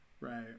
right